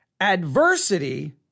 Adversity